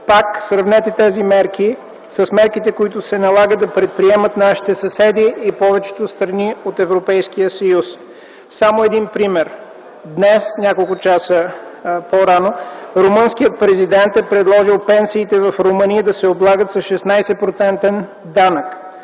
Пак сравнете тези мерки с мерките, които се налагаха да предприемат нашите съседи и повечето страни от Европейския съюз. Само един пример: днес няколко часа по-рано румънският президент е предложил пенсиите в Румъния да се облагат с 16-процентен